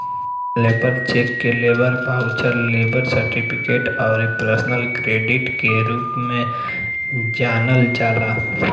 labour cheque के labour voucher, labour certificate अउरी personal credit के रूप में जानल जाला